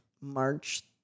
March